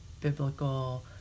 biblical